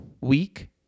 week